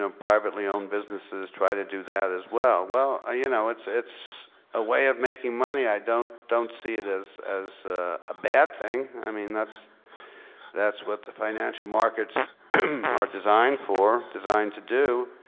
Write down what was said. privately owned businesses try to do that as well. well you know it's it's a way of making money. i don't don't see it as as a bad thing. i mean that's that's what the financial markets are designed for, designed to do.